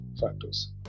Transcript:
factors